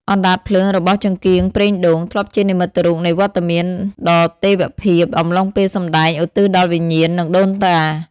អណ្ដាតភ្លើងរបស់ចង្កៀងប្រេងដូង ធ្លាប់ជានិមិត្តរូបនៃវត្តមានដ៏ទេវភាព អំឡុងពេលសម្តែងឧទ្ទិសដល់វិញ្ញាណ និងដូនតា។